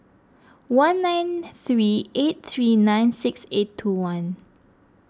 one nine three eight three nine six eight two one